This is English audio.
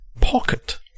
pocket